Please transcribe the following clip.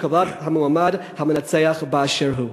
לקבלת המועמד המנצח באשר הוא.